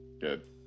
good